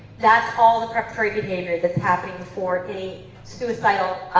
that's all the preparatory behavior that's happening for a suicidal,